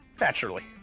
naturally.